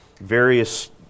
various